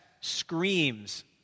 screams